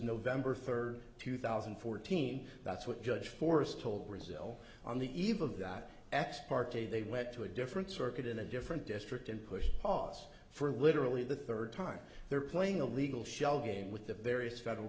november third two thousand and fourteen that's what judge forrest told brazil on the eve of that ex parte they went to a different circuit in a different district and push pause for literally the third time they're playing a legal shell game with the various federal